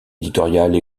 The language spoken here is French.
éditoriale